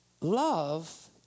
Love